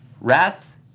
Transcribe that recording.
Wrath